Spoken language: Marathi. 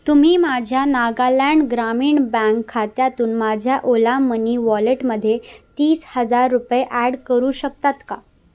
तुम्ही माझ्या नागालँड ग्रामीण बँक खात्यातून माझ्या ओला मनी वॉलेटमध्ये तीस हजार रुपये ॲड करू शकता का